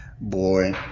Boy